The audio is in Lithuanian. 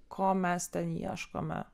ko mes ten ieškome